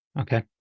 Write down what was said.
Okay